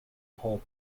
hole